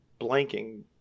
blanking